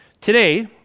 Today